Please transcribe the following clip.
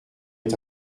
est